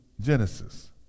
Genesis